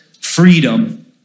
freedom